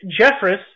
Jeffress